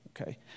Okay